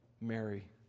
Mary